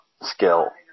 skill